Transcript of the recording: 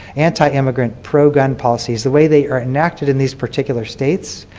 anti immigrant, pro-gun policies, the way they are enacted in these particular states,